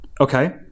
Okay